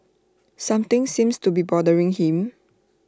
something seems to be bothering him